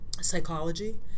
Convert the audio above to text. psychology